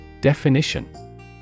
Definition